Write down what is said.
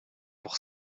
pour